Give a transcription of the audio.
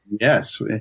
Yes